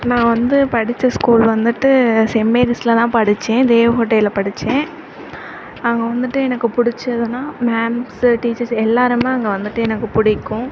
நான் வந்து படித்த ஸ்கூல் வந்துட்டு சென்மேரிஸ்ல தான் படித்தேன் தேவகோட்டையில் படித்தேன் அங்கே வந்துட்டு எனக்கு பிடிச்சதுனா மேம்ஸு டீச்சர்ஸு எல்லோருமே அங்கே வந்துவிட்டு எனக்கு பிடிக்கும்